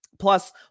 Plus